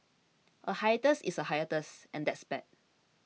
a hiatus is a hiatus and that's bad